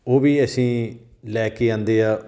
ਉਹ ਵੀ ਅਸੀਂ ਲੈ ਕੇ ਆਉਂਦੇ ਆ